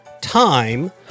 time